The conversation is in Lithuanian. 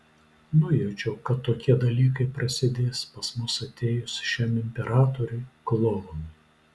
nujaučiau kad tokie dalykai prasidės pas mus atėjus šiam imperatoriui klounui